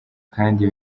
kandi